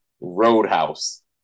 Roadhouse